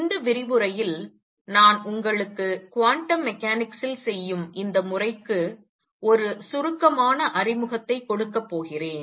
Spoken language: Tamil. இந்த விரிவுரையில் நான் உங்களுக்கு க்வாண்டம் மெக்கானிக்சில் செய்யும் இந்த முறைக்கு ஒரு சுருக்கமான அறிமுகத்தை கொடுக்கப் போகிறேன்